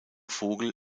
vogel